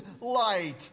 light